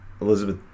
Elizabeth